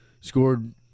scored